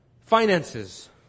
finances